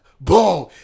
Boom